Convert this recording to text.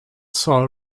saw